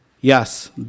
yes